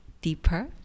deeper